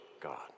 God